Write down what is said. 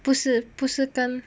不是不是跟